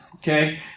Okay